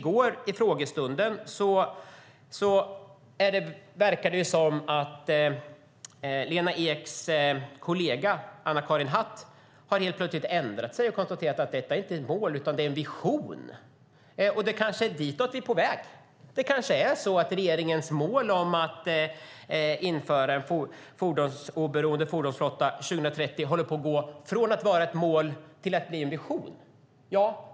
På frågestunden i går verkade det som om Lena Eks kollega Anna-Karin Hatt har ändrat sig. Hon konstaterade att detta inte är ett mål utan en vision. Det är kanske dit vi är på väg. Regeringens mål om en fossiloberoende fordonsflotta 2030 har gått från att vara ett mål till att bli en vision.